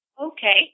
Okay